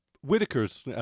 Whitaker's